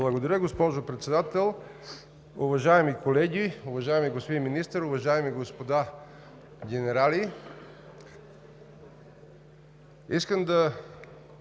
Благодаря, госпожо Председател. Уважаеми колеги, уважаеми господин Министър, уважаеми господа генерали! Искам да